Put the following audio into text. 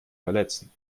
verletzen